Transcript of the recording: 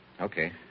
Okay